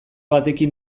batekin